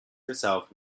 yourself